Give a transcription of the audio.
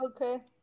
Okay